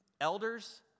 elders